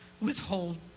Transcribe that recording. withhold